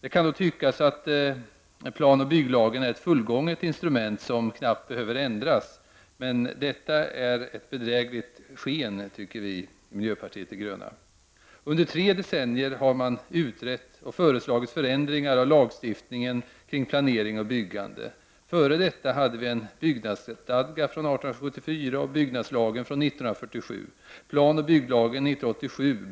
Det kan då tyckas att plan och bygglagen är ett fullgånget instrument som knappt behöver ändras. Men detta är ett bedrägligt sken. Stauga Huan 10/7 VUN VYBBNaUaSN Han 127! Ian" UVI VYKElagvn 1701